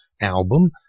album